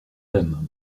aiment